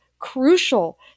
Crucial